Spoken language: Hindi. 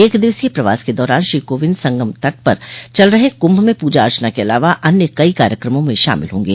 एक दिवसीय प्रवास के दौरान श्री कोविंद संगम तट पर चल रहे कुंभ में पूजा अर्चना के अलावा अन्य कई कार्यक्रमों में शामिल होंगे